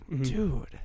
Dude